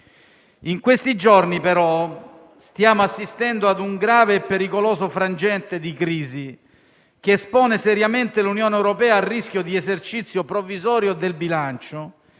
In questi giorni però stiamo assistendo ad un grave e pericoloso frangente di crisi che espone seriamente l'Unione europea al rischio di esercizio provvisorio del bilancio